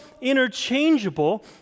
interchangeable